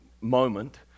moment